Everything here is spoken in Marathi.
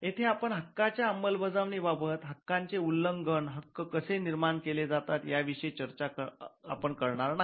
येथे आपण हक्कांच्या अंमलबजावणीबाबत हक्कांचे उल्लंघन हक्क कसे निर्माण केले जातात या विषयी चर्चा आपण करणार नाही